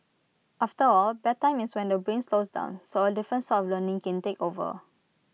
after all bedtime is when the brain slows down so A different sort of learning can take over